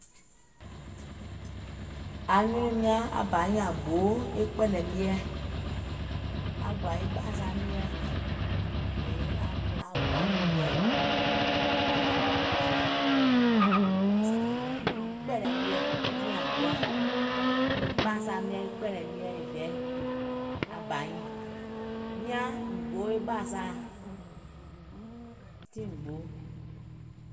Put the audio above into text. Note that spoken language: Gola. Aŋ nyunùim nyàŋ aŋ ba nyiŋ gboo e kpɛ̀nɛ̀ mieɛ̀, aŋ gbòà ɓàìsaà mieɛ̀, yèè aŋ gbòà e vɛi. Aŋ bà nyiŋ gboo vɛiɛ̀, àŋ gboo ɓàìsaà mieɛ̀, yèè kpɛ̀lɛ̀ mieɛ̀, tiŋ àŋ gboà. E ɓàìsaà, e kpɛ̀lɛ̀ mieɛ̀ yèè vɛi, aŋ bà nyiŋ. Miàŋ mìŋ gboo ɓàìsaàa, tiŋ miàŋ mìŋ gboo.